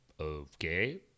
Okay